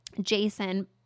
Jason